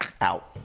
Out